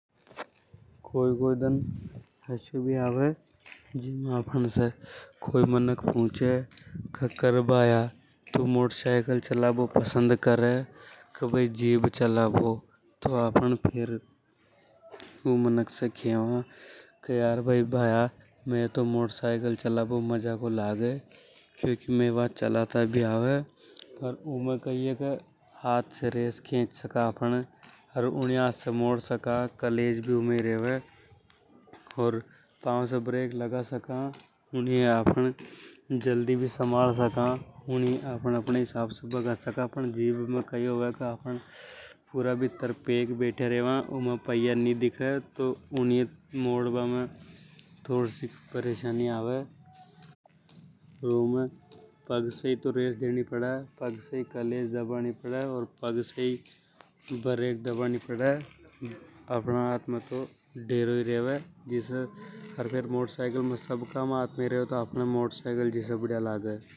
कोई कोई दन आश्या को भी आवे जीमे आपन से पूछे के तू मोट सायकल। चलाबो पसंद करे के जीभ चलबो पसंद करे। तो आपन फेर ऊ मनक से खेवा के यार भई भाया मेई तो। मोट सायकल चलाबो मजाकों लागे क्योंकि मै बा चालता भी आवे। आपन उमें हाथ से रेस खेंच सका अर ऊनिय हाथ से मोड सका कलेज भी उमें ही रेवे। अर पांव से ब्रेक लगा सका आपन ऊनिय जल्दी संभाल सका। पन जीभ में कई होवे के आपन उमे भीत्तर पेक बेटियां रेवा। उमें पाइया नि दिखे ऊनिय मोड बा में थोडसिक परेशानी आबे। उमें पग से ही रेस दबानी पड़े पग से ही कलेज अर पग से ही ब्रेक दबानी पड़े। अपने हाथ में तो ढेरों ही रेवे। अर मोट सायकल में सब काम हाथ में रेवे जिसे वा बढ़िया लगे।